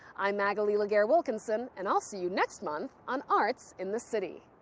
i'm magalie laguerre-wilkinson and i'll see you next month on arts in the city.